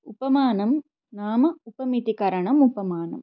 उपमानं नाम उपमितिकरणम् उपमानम्